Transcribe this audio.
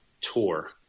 tour